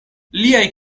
liaj